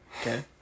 Okay